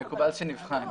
מקובל שנבחן.